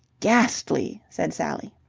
ghastly! said sally.